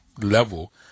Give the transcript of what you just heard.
level